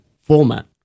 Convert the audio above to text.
format